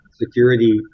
security